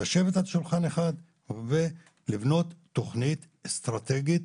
לשבת לשולחן אחד ולבנות תוכנית אסטרטגית